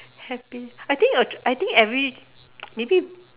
happy I think uh I think every maybe